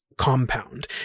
Compound